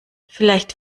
vielleicht